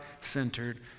centered